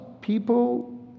people